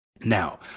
Now